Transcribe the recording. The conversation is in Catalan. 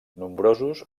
nombrosos